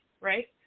right